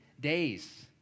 days